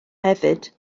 hefyd